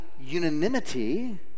unanimity